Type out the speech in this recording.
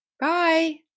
Bye